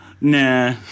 Nah